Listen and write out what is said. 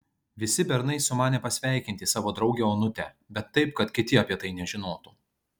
visi bernai sumanė pasveikinti savo draugę onutę bet taip kad kiti apie tai nežinotų